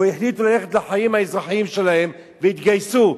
או החליטו ללכת לחיים האזרחיים שלהם והתגייסו,